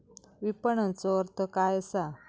विपणनचो अर्थ काय असा?